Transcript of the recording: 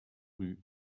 rue